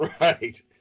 Right